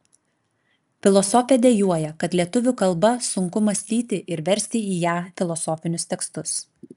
filosofė dejuoja kad lietuvių kalba sunku mąstyti ir versti į ją filosofinius tekstus